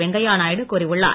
வெங்கையா நாயுடு கூறியுள்ளார்